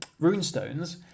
runestones